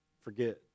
forget